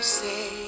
say